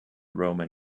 roman